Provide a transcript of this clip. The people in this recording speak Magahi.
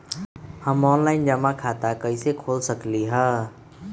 हम ऑनलाइन जमा खाता कईसे खोल सकली ह?